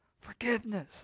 Forgiveness